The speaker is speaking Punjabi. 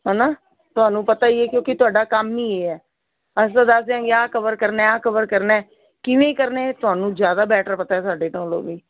ਹੈ ਨਾ ਤੁਹਾਨੂੰ ਪਤਾ ਹੀ ਹੈ ਕਿਉਂਕਿ ਤੁਹਾਡਾ ਕੰਮ ਹੀ ਇਹ ਹੈ ਅਸੀਂ ਤਾਂ ਦੱਸ ਦਿਆਂਗੇ ਆਹ ਕਵਰ ਕਰਨਾ ਆ ਕਵਰ ਕਰਨਾ ਕਿਵੇਂ ਕਰਨਾ ਇਹ ਤੁਹਾਨੂੰ ਜ਼ਿਆਦਾ ਬੈਟਰ ਪਤਾ ਸਾਡੇ ਨਾਲੋਂ ਵੀ